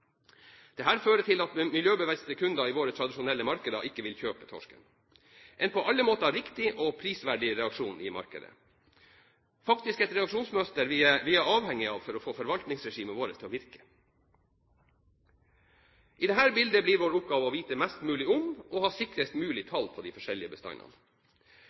fører til at miljøbevisste kunder i våre tradisjonelle markeder ikke vil kjøpe torsken – en på alle måter riktig og prisverdig reaksjon i markedet og faktisk et reaksjonsmønster vi er avhengig av for å få forvaltningsregimet vårt til å virke. I dette bildet blir vår oppgave å vite mest mulig om og ha sikrest mulig tall på de forskjellige bestandene.